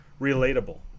relatable